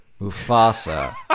Mufasa